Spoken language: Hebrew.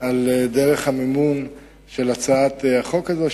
על דרך המימון של הצעת החוק הזאת,